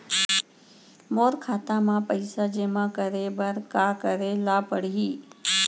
मोर खाता म पइसा जेमा करे बर का करे ल पड़ही?